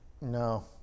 No